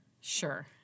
Sure